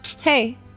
Hey